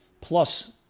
plus